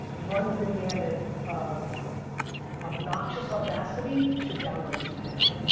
runs the gamut of obnoxious audacity to downright stupidity.